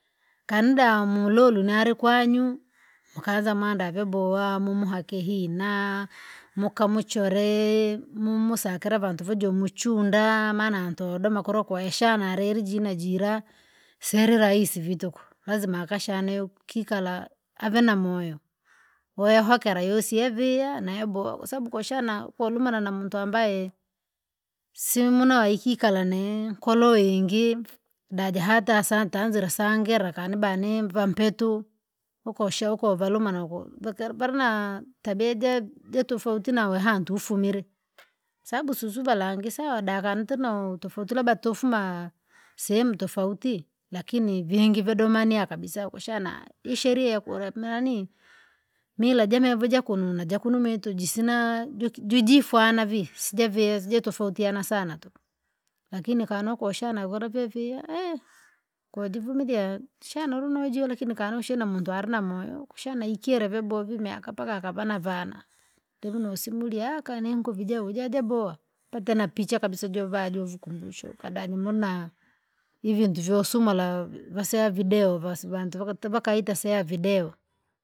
Kanida mruru arikwanyu, khadhamanda ve boha mumuhake hina mukamchore mumusakira vantu veju mchunda. Maana mando makokora kwa ishana rerigina gira sererahisi vintuku. Lazima akashane kikala avana moyo. Wehakala usia viya na boha kwa sabu kuashana kulumana na muntu ambaye simna huhikala ne koloingi daje hatasange tasanzira sangera kanibane vampetu ukosho valumane vuko vana tabia ja tofauti hatufumilile. Sabu susu va langi sawa dakhantono tofauti labda tufuma sehemu tofauti. lakini vingi va domania kabisa kuchana isheria ya kula nani mira javakuna jakumete jisina jivifyanavi sijave sinatofauti sana tu. Lakini kanakushana vana via kwa divumilia shana umjia lakini shana kwana mundu hanamoya kushana ikyere ve bo vi miaka mpaka vanavana. Kumuno msilyaka ni nguvideo yaye boha tena picha kabiasa je vanu ukumbusho kada ni muna. Hivi ndivyo sumo la siavideoo va siavandi mpaka vakaitavideoo.